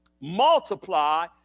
multiply